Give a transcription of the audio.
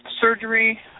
surgery